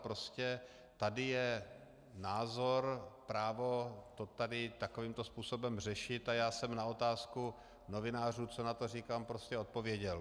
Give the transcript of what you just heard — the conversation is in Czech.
Prostě tady je názor, právo to tady takovýmto způsobem řešit a já jsem na otázku novinářů, co na to říkám, prostě odpověděl.